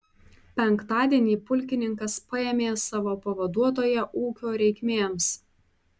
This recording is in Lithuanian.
penktadienį pulkininkas paėmė savo pavaduotoją ūkio reikmėms